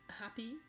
happy